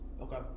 Okay